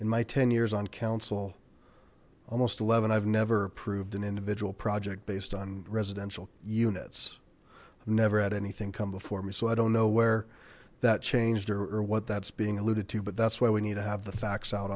in my ten years on council almost eleven i've never approved an individual project based on residential units never had anything come before me so i don't know where that changed or what that's being alluded to but that's why we need to have the facts out